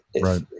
Right